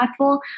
impactful